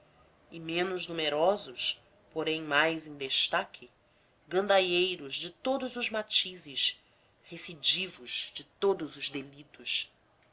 e menos numerosos porém mais em destaque gandaieiros de todos os matizes recidivos de todos os delitos